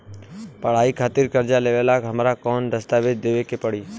पढ़ाई खातिर कर्जा लेवेला हमरा कौन दस्तावेज़ देवे के पड़ी?